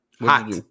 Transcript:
Hot